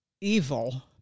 evil